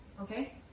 okay